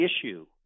issue